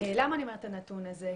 למה אני אומרת את הנתון הזה?